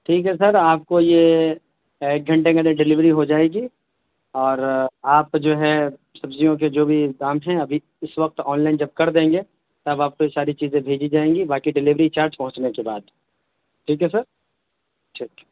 ٹھیک ہے سر آپ کو یہ ایک گھنٹے ڈلیوری ہو جائے گی اور آپ جو ہے سبزیوں کے جو بھی دام ہیں ابھی اس وقت آنلائن جب کر دیں گے تب آپ کو یہ ساری چیزیں بھیجی جائیں گی باقی ڈلیوری چارج پہنچنے کے بعد ٹھیک ہے سر ٹھیک